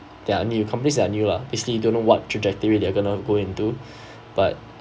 that are new companies that are new lah basically you don't know what trajectory they're gonna go into but